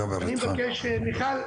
מיכל,